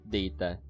data